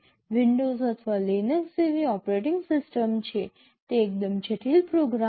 windows અથવા Linux જેવી operating system છે તે એકદમ જટિલ પ્રોગ્રામ છે